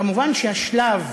כמובן שהשלב